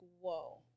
whoa